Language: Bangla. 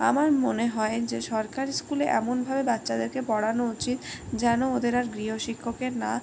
আমার মনে হয় যে সরকারি স্কুলে এমনভাবে বাচ্চাদেরকে পড়ানো উচিত যেন ওদের আর গৃহশিক্ষকের না